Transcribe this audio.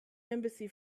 embassy